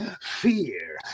fear